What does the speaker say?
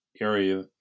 area